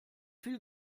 viel